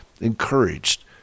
encouraged